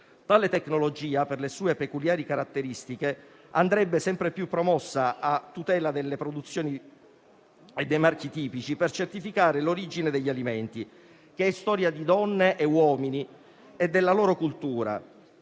Tale tecnologia, per le sue peculiari caratteristiche, andrebbe sempre più promossa a tutela delle produzioni e dei marchi tipici per certificare l'origine degli alimenti, che è storia di donne, di uomini e della loro cultura,